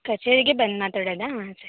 ಕಚೇರಿಗೇ ಬಂದು ಮಾತಾಡೋದಾ ಸರಿ